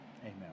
Amen